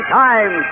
time